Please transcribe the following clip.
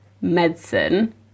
medicine